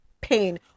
pain